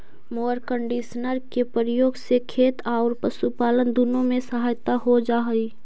mower conditioner के प्रयोग से खेत औउर पशुपालन दुनो में सहायता हो जा हई